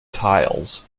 tiles